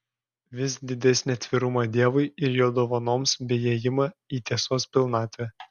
vis didesnį atvirumą dievui ir jo dovanoms bei ėjimą į tiesos pilnatvę